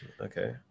Okay